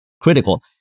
critical